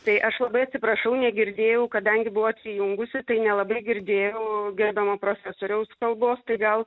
tai aš labai atsiprašau negirdėjau kadangi buvau atsijungusi tai nelabai girdėjau gerbiamo profesoriaus kalbos tai gal